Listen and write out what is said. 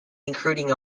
including